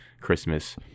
Christmas